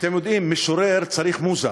אתם יודעים, משורר צריך מוזה.